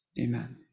Amen